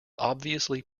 obviously